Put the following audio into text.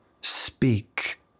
speak